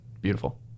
beautiful